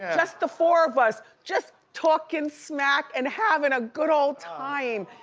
just the four of us, just talkin' smack and having a good ol' time.